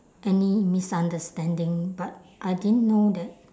any misunderstanding but I didn't know that